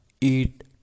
eat